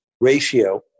ratio